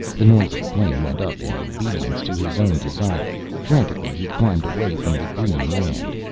the nose of the plane went up in obedience to his own desire. frantically he climbed away from the green land.